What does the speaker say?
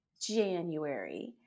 January